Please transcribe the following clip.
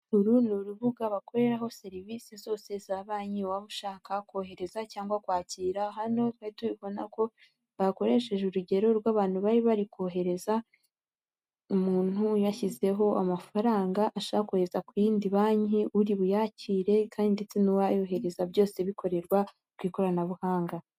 Urupapuro rw'umweru cyangwa se rwera rwanditsweho amagambo ibishushanyo ndetse n'andi mabara atandukanye, handitsweho amagambo yiganjemo umukara, ay'ubururu ay'umweru ndetse akaba ariho agashushanya ka mudasobwa, hariho n'andi mabara atandukanye y'umutuku, ubururu ashushanyijemo inyoni y'umweru ndetse hakaba ashushanyijeho amabara y'ubururu, umutuku umuhondo ndetse n'icyatsi y'ibendera ry'u Rwanda.